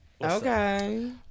okay